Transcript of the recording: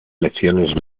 lesiones